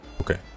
okay